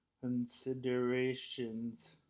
considerations